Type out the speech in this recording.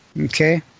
Okay